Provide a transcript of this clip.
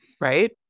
Right